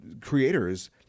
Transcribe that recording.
creators